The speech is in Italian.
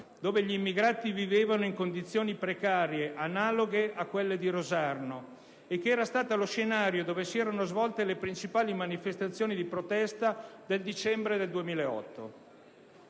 dove gli immigrati vivevano in condizioni precarie analoghe a quelle di Rosarno, e che era stata lo scenario dove si erano svolte le principali manifestazioni di protesta del dicembre 2008.